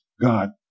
God